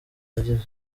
nagize